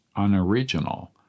unoriginal